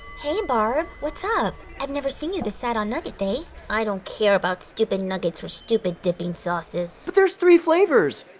hey, barb. what's up? i've never seen you this sad on nugget day. i don't care about stupid nuggets or stupid dipping sauces. but there's three flavors!